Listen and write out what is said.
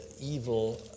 evil